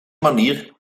manier